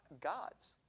God's